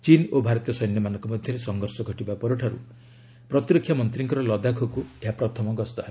ଚୀନ୍ ଓ ଭାରତୀୟ ସୈନ୍ୟମାନଙ୍କ ମଧ୍ୟରେ ସଂଘର୍ଷ ଘଟିବା ପରଠାରୁ ପ୍ରତିରକ୍ଷା ମନ୍ତ୍ରୀଙ୍କର ଲଦାଖକୁ ଏହା ପ୍ରଥମ ଗସ୍ତ ହେବ